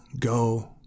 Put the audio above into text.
go